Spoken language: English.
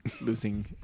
losing